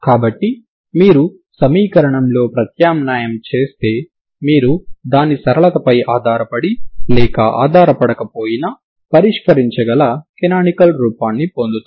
కాబట్టి మీరు సమీకరణంలో ప్రత్యామ్నాయం చేస్తే మీరు దాని సరళతపై ఆధారపడి లేదా ఆధారపడకపోయినా పరిష్కరించగల కనానికల్ రూపాన్ని పొందుతారు